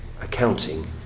accounting